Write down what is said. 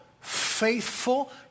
faithful